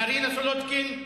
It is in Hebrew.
מרינה סולודקין,